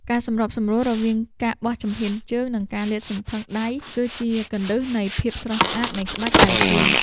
ការសម្របសម្រួលរវាងការបោះជំហានជើង និងការលាតសន្ធឹងដៃ គឺជាគន្លឹះនៃភាពស្រស់ស្អាតនៃក្បាច់តៃជី។